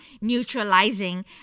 neutralizing